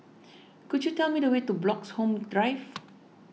could you tell me the way to Bloxhome Drive